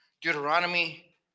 Deuteronomy